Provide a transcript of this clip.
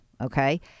okay